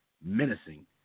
menacing